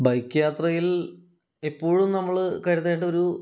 bike യാത്രയിൽ എപ്പോഴും നമ്മൾ കരുതേണ്ട ഒരു